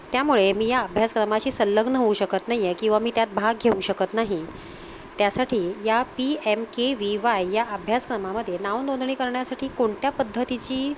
त्यामुळे मी या अभ्यासक्रमाशी संलग्न होऊ शकत नाही आहे किंवा मी त्यात भाग घेऊ शकत नाही त्यासाठी या P M K V Y या अभ्यासक्रमामध्ये नावनोंदणी करण्यासाठी कोणत्या पद्धतीची